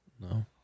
No